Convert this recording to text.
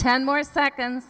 ten more seconds